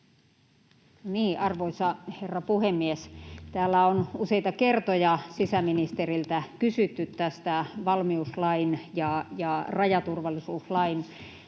Arvoisa herra puhemies! Täällä on useita kertoja sisäministeriltä kysytty tästä valmiuslain ja rajaturvallisuuslain